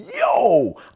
yo